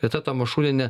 rita tamašunienė